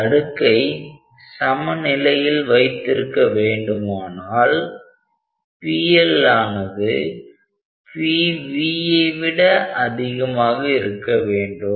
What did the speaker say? அந்த அடுக்கை சமநிலையில் வைத்திருக்க வேண்டுமானால் pL ஆனது pVஐ விட அதிகமாக இருக்க வேண்டும்